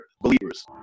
believers